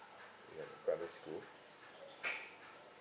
in the primary school